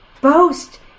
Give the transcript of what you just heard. Boast